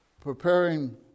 preparing